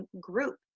group